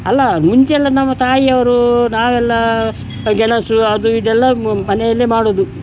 ಅಲ್ಲ ಮುಂಚೆ ಎಲ್ಲ ನಮ್ಮ ತಾಯಿಯವರೂ ನಾವೆಲ್ಲ ಗೆಣಸು ಅದು ಇದೆಲ್ಲ ಮನೆಯಲ್ಲೆ ಮಾಡೋದು